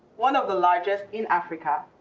one of the largest in africa.